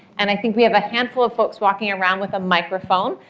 and i think we have a handful of folks walking around with a microphone.